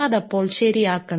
അതപ്പോൾ ശരിയാക്കണം